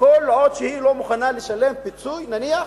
כל עוד היא לא מוכנה לשלם פיצוי, נניח?